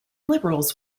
liberals